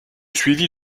suivi